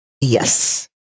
Yes